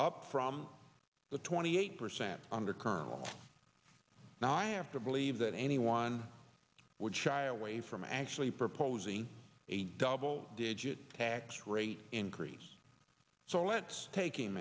up from the twenty eight percent under current law now i have to believe that anyone would shy away from actually proposing a double digit tax rate increase so let's tak